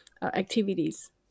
activities